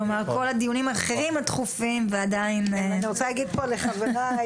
ואני רוצה להגיד פה לחבריי,